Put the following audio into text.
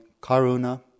karuna